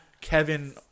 Kevin